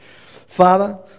Father